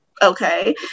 Okay